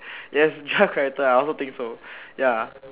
yes extra character I also think so ya ya